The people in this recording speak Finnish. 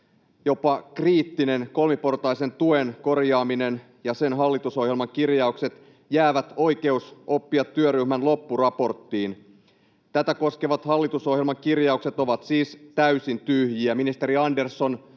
jopa kriittinen kolmiportaisen tuen korjaaminen ja sen hallitusohjelman kirjaukset jäävät Oikeus oppia -työryhmän loppuraporttiin. Tätä koskevat hallitusohjelman kirjaukset ovat siis täysin tyhjiä.